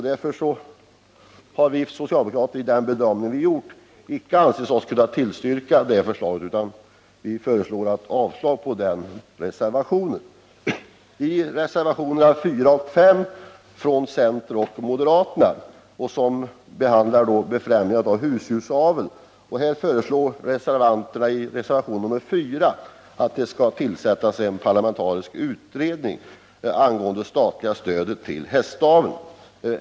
Därför har vi socialdemokrater i vår bedömning icke ansett oss kunna tillstyrka förslaget, utan vi föreslår avslag på den reservationen. I reservationerna 4 och 5 från centern och moderaterna behandlas befrämjande av husdjursaveln och statens hingstdepå. Man föreslår i reservationen 4 att det skall tillsättas en parlamentarisk utredning angående det statliga stödet till hästaveln.